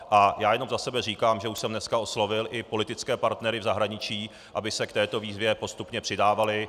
A já jenom za sebe říkám, že už jsem dnes oslovil i politické partnery v zahraničí, aby se k této výzvě postupně přidávali.